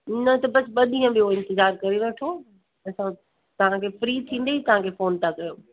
न त बसि ॿ ॾींहं ॿियो इंतज़ारु करे वठो असां तव्हांखे फ़्री थींदे ई तव्हांखे फ़ोन था कयूं